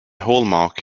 hallmark